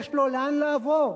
יש לו לאן לעבור,